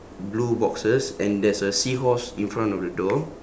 blue boxes and there's a seahorse in front of the door